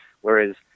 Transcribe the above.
Whereas